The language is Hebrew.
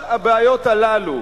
כל הבעיות הללו,